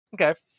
Okay